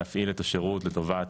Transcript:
להפעיל את השירות לטובת